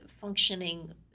functioning